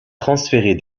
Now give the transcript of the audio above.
transférer